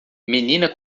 menina